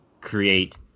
create